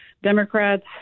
Democrats